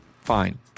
Fine